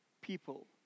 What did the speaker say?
people